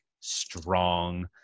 strong